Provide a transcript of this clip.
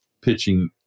pitching